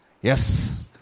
Yes